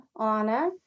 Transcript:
Anna